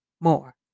more